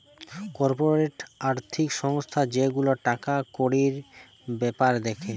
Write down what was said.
corporate আর্থিক সংস্থা যে গুলা টাকা কড়ির বেপার দ্যাখে